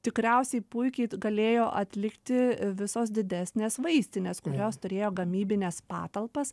tikriausiai puikiai galėjo atlikti visos didesnės vaistinės kurios turėjo gamybines patalpas